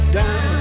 down